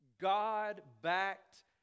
God-backed